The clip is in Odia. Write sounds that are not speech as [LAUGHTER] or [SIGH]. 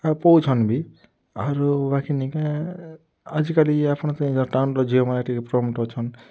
ଆଉ ପାଉଛନ୍ ଭି ଆରୁ ବାକି ନି କେଁ ଆଜିକାଲି ଆପଣ୍ [UNINTELLIGIBLE] ଟାଉନ୍ ର ଝିଅମାନେ ଟିକେ ପ୍ରମ୍ପ୍ଟ୍ ଅଛନ୍